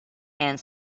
and